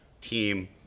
team